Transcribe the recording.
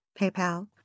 PayPal